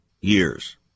years